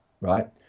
right